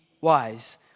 wise